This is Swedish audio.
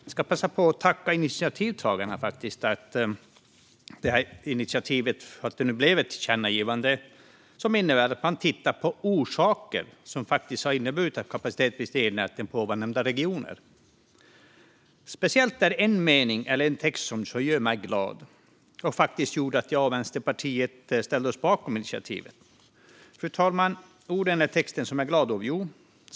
Jag vill passa på att tacka initiativtagarna till utskottsinitiativet för att det nu blir ett tillkännagivande som innebär att man tittar på vilka orsaker som har inneburit kapacitetsbrist i elnäten i ovannämnda regioner. Speciellt är det en skrivning som gör mig glad och som faktiskt gjorde att jag och Vänsterpartiet ställde oss bakom initiativet, fru talman.